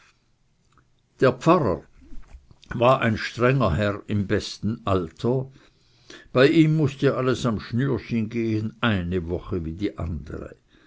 der pfarrer war ein strenger herr im besten alter bei dem alles am schnürchen gehen mußte eine woche wie die andere